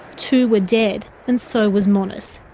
two were dead and so was monis.